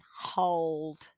hold